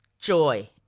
joy